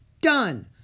Done